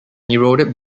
eroded